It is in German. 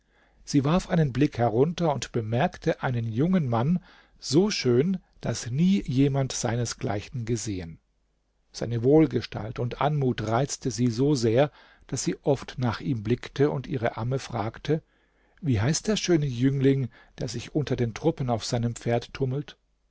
sie warf einen blick herunter und bemerkte einen jungen mann so schön daß nie jemand seinesgleichen gesehen seine wohlgestalt und anmut reizte sie so sehr daß sie oft nach ihm blickte und ihre amme fragte wie heißt der schöne jüngling der sich unter den truppen auf seinem pferd tummelt